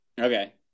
Okay